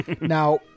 Now